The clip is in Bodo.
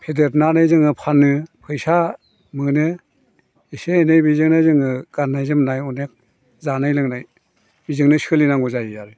फेदेरनानै जोङो फानो फैसा मोनो एसे एनै बेजोंनो जोङो गाननाय जोमनाय अनेक जानाय लोंनाय बेजोंनो सोलिनांगौ जायो आरो